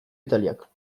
italiak